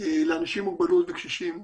לאנשים עם מוגבלות ולקשישים,